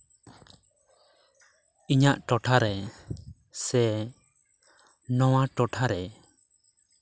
ᱤᱧᱟᱹᱜ ᱴᱚᱴᱷᱟᱨᱮ ᱥᱮ ᱱᱚᱣᱟ ᱴᱚᱴᱷᱟᱨᱮ